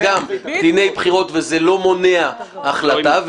זה גם דיני בחירות וזה לא מונע החלטה.